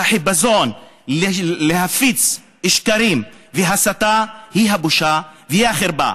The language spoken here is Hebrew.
והחיפזון להפיץ שקרים והסתה, זו הבושה וזו החרפה.